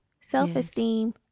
Self-esteem